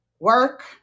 Work